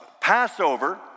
Passover